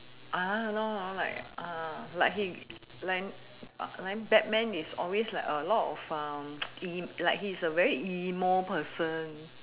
uh no no no no like uh like he like batman is always like a lot of um e~ like he is a very emo person